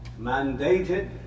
mandated